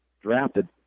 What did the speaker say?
drafted